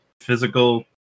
physical